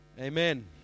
Amen